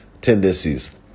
tendencies